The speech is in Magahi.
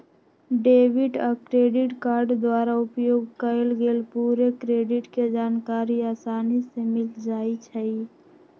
डेबिट आ क्रेडिट कार्ड द्वारा उपयोग कएल गेल पूरे क्रेडिट के जानकारी असानी से मिल जाइ छइ